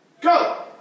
Go